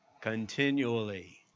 Continually